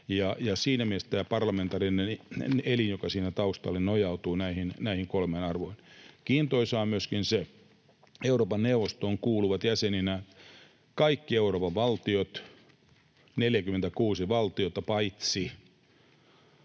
siinä mielessä tämä parlamentaarinen elin, joka on siinä taustalla, nojautuu näihin kolmeen arvoon. Kiintoisaa on myöskin se, että Euroopan neuvostoon kuuluvat jäseninä kaikki Euroopan valtiot, 46 valtiota — paitsi,